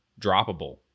droppable